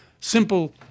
simple